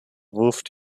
wirft